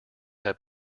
have